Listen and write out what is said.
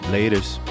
Laters